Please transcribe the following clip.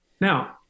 Now